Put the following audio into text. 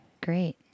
Great